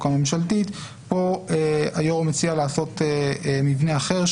הממשלתית פה היו"ר מציע לעשות מבנה אחר,